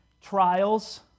trials